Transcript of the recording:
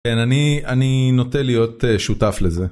כן, אני, אני נוטה להיות שותף לזה.